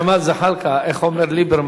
ג'מאל זחאלקה, איך אומר ליברמן?